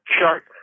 shark